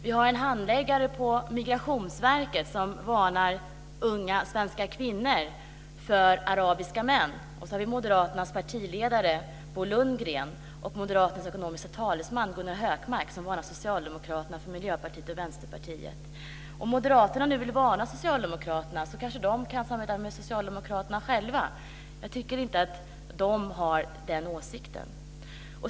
Vi har en handläggare på Migrationsverket som varnar unga svenska kvinnor för arabiska män. Sedan har vi Moderaternas partiledare Miljöpartiet och Vänsterpartiet. Om moderaterna nu vill varna Socialdemokraterna kanske de själva vill samarbeta med Socialdemokraterna. Jag tycker inte att de har den åsikten.